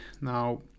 now